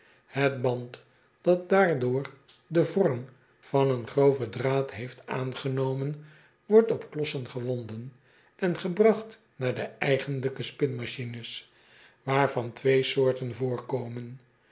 et band dat daardoor den vorm van een groven draad heeft aangenomen wordt op klossen gewonden en gebragt naar de eigenlijke spinmachines waarvan twee soorten voorkomen